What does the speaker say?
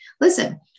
listen